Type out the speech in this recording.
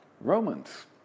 Romans